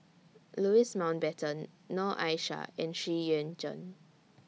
Louis Mountbatten Noor Aishah and Xu Yuan Zhen